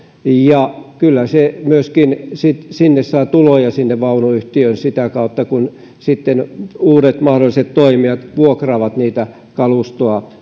ja kyllä myöskin saadaan tuloja sinne vaunuyhtiöön sitä kautta kun sitten uudet mahdolliset toimijat vuokraavat kalustoa